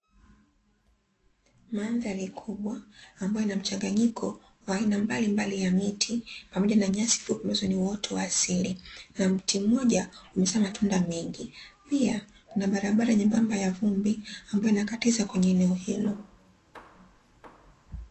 Mandhari kubwa ambayo ina machanganyiko wa aina mbalimbali ya miti pamoja na nyasi fupi ambazo ni uoto wa asili, na mti mmoja umezaa matunda mengi, pia kuna barabara nyembamba ya vumbi ambayo inakatiza kwenye eneo hilo.